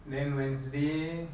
then wednesday